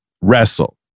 wrestle